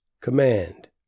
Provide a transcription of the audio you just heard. command